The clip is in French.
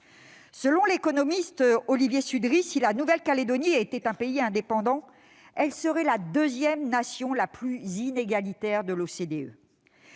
Selon l'économiste Olivier Sudrie, si la Nouvelle-Calédonie était un pays indépendant, elle serait la deuxième nation la plus inégalitaire de